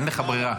אין לך ברירה.